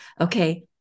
okay